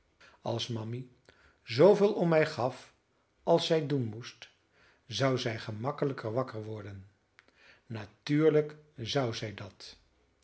als mammy zooveel om mij gaf als zij doen moest zou zij gemakkelijker wakker worden natuurlijk zou zij dat